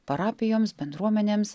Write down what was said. parapijoms bendruomenėms